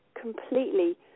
completely